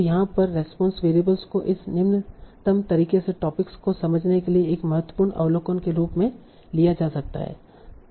तो यहाँ पर रेस्पोंस वेरिएबल को इस निम्नतम तरीके से टॉपिक्स को समझने के लिए एक महत्वपूर्ण अवलोकन के रूप में लिया जा सकता है